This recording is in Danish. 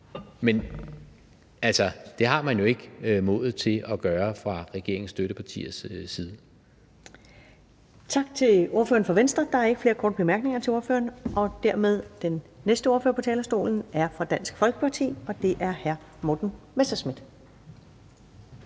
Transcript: Men det har man jo ikke modet til at gøre fra regeringens støttepartiers side. Kl. 16:54 Første næstformand (Karen Ellemann): Tak til ordføreren for Venstre. Der er ikke flere korte bemærkninger til ordføreren. Dermed er den næste ordfører på talerstolen fra Dansk Folkeparti, og det er hr. Morten Messerschmidt.